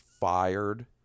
fired